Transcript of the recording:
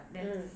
mm